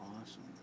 awesome